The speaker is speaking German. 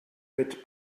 mit